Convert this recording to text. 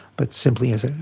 but simply as a.